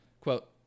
quote